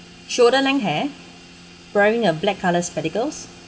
shoulder length hair wearing a black colour spectacles